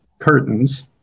curtains